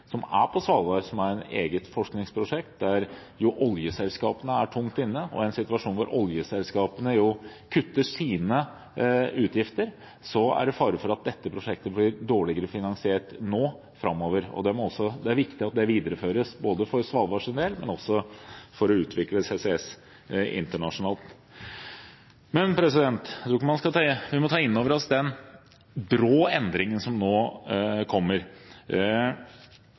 som er på Svalbard, som er et eget forskningsprosjekt, der oljeselskapene er tungt inne, og i en situasjon hvor oljeselskapene kutter sine utgifter, er det fare for at dette prosjektet blir dårligere finansiert nå framover. Det er viktig at det videreføres for Svalbards del, men også for å utvikle CCS internasjonalt. Vi må ta inn over oss den brå endringen som nå kommer.